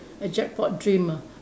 a jackpot dream ah